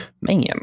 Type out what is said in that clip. man